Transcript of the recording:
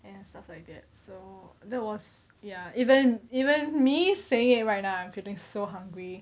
and stuff like that so that was ya even even me saying it right now I'm feeling so hungry